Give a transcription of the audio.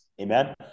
amen